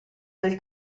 del